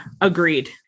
Agreed